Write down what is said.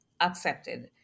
accepted